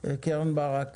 קרן ברק.